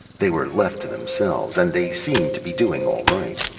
they were left to themselves. and they seemed to be doing all right.